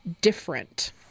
different